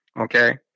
Okay